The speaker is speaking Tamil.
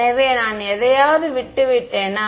எனவே நான் எதையாவது விட்டுவிட்டேனா